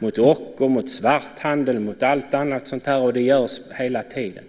mot ocker, mot svarthandel och annat sådant, och det görs hela tiden.